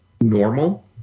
normal